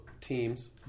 teams